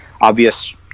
obvious